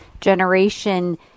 generation